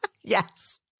Yes